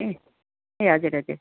ए ए हजुर हजुर